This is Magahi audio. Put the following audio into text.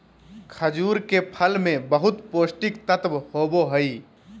खजूर के फल मे बहुत पोष्टिक तत्व होबो हइ